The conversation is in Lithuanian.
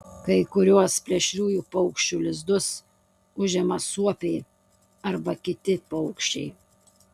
kai kuriuos plėšriųjų paukščių lizdus užima suopiai arba kiti paukščiai